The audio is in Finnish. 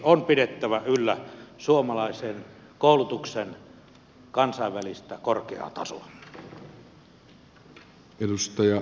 on pidettävä yllä suomalaisen koulutuksen kansainvälistä korkeaa tasoa